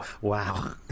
Wow